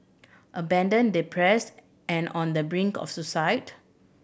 abandoned depressed and on the brink of suicide